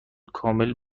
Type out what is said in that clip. کامل